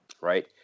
right